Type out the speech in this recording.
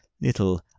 little